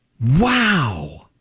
Wow